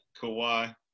Kawhi